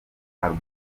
album